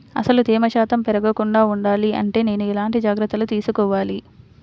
అసలు తేమ శాతం పెరగకుండా వుండాలి అంటే నేను ఎలాంటి జాగ్రత్తలు తీసుకోవాలి?